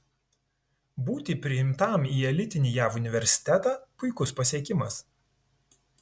būti priimtam į elitinį jav universitetą puikus pasiekimas